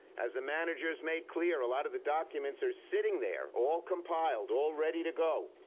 as the managers made clear, a lot of the documents are sitting there all compiled, all ready to go